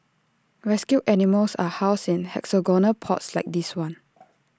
rescued animals are housed in hexagonal pods like this one